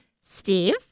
Steve